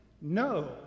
No